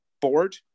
board